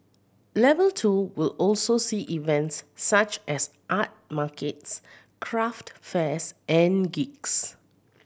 level two will also see events such as art markets craft fairs and gigs